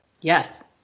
Yes